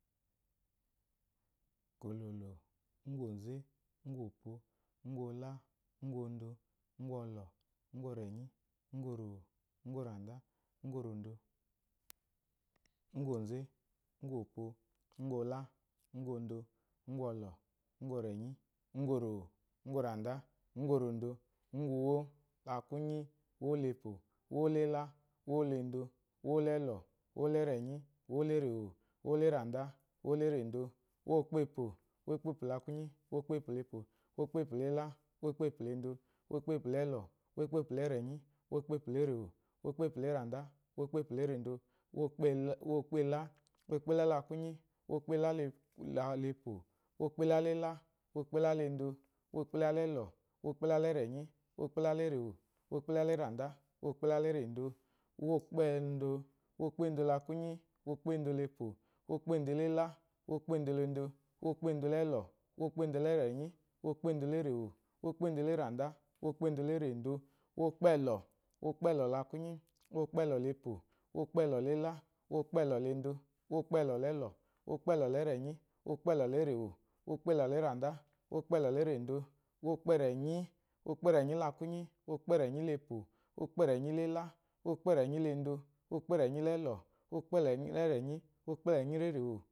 Gɔ̀lɔ̀lɔ̀ úŋwònze, úŋwò, úŋwòpo, úŋwɔlá, úŋwondo, úŋwɔlɔ̀, úŋwɔrɛ̀nyí, úŋworòwò, úŋwɔrandá, úŋwòndo. úŋwònze, úŋwò, úŋwòpo, úŋwɔlá, úŋwondo, úŋwɔlɔ̀, úŋwɔrɛ̀nyí, úŋworòwò, úŋwɔrandá, úŋwòndo, úŋwuwó. lakwúnyí, úwólepó, úwólɛ́lá, úwólendo, úwólɛ́lɔ̀, úwólɛ́rɛ̀nyí, úwólérèwò, úwólɛ́ràndá, úwólérèndo, úwóekpêpò, úwóekpêpòlakwunyí, úwóekpêpòlepò, úwóekpêpòlɛ́lá, úwóekpêpòlendo, úwóekpêpòlɛ́lɔ̀, úwóekpêpòlɛ́rɛ̀nyí, úwóekpêpòlérèwò, úwóekpêpòlɛ́ràndá, úwóekpêpòlérèndo, úwekpéelá, úwekpɛ́lálakúnyí, úwekpɛ́lá “la” lepò. úwekpɛ́lálɛ́lá, úwekpɛ́lálendo, úwekpɛ́lálɛ́lɔ̀, úwekpɛ́lálɛ́rɛ̀nyí, úwekpɛ́lálérèwò, úwekpɛ́lálɛ́ràndá, úwekpɛ́lálerèndo, úwɛkpɛ do, úwéekpéendolakwúnyí, úwéekpéendolepò, úwéekpéendolɛ́lá, úwéekpéendolendo, úwéekpéendolɛ́lɔ̀, úwéekpéendolɛ́rɛ̀nyí, úwéekpéendolérèwò, úwéekpéendolɛ́ràndá, úwéekpéendolérèndo, úwéekpɛ́lɔ̀, úwéekpɛ́lɔ̀lakwúnyí, úwéekpɛ́lɔ̀lepò, úwéekpɛ́lɔ̀lɛ́lá, úwéekpɛ́lɔ̀lendo, úwéekpɛ́lɔ̀lɛ́lɔ̀, úwéekpɛ́lɔ̀lɛ́rɛ̀nyì, úwéekpɛ́lɔ̀lérewò, úwéekpɛ́lɔ̀lɛ́ràndá, úwéekpɛ́lɔ̀lérendo, úwéekpɛ́rɛ̀nyí, úwéekpɛ́rɛ̀nyílakwúnyí, úwéekpɛ́rɛ̀nyílepò, úwéekpɛ́rɛ̀nyílɛ́lá, úwéekpɛ́rɛ̀nyílendo, úwéekpɛ́rɛ̀nyílɛ́lɔ̀, úwéekpɛ́rɛ̀nyílɛ́rɛ̀nyí, úwéekpɛ́rɛ̀nyílérèwò.